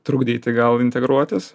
trukdyti gal integruotis